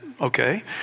okay